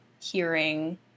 hearing